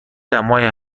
دمای